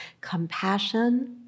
compassion